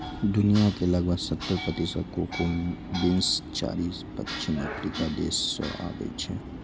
दुनिया के लगभग सत्तर प्रतिशत कोको बीन्स चारि पश्चिमी अफ्रीकी देश सं आबै छै